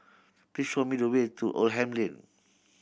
please show me the way to Oldham Lane